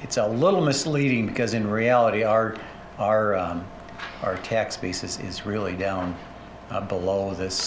it's a little misleading because in reality our our our tax basis is really down below this